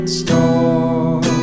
store